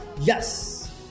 Yes